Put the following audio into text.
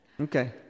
Okay